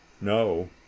No